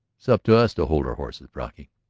it's up to us to hold our horses, brocky.